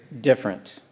different